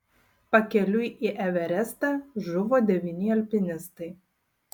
pakeliui į everestą žuvo devyni alpinistai